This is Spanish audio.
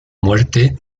muerte